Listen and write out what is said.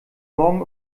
morgen